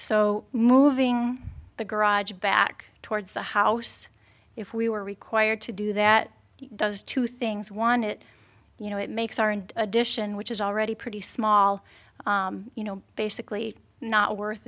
so moving the garage back towards the house if we were required to do that does two things one it you know it makes our and addition which is already pretty small you know basically not worth